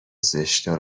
زشتها